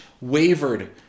wavered